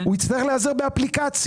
הוא יצטרך להיעזר באפליקציה.